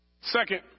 Second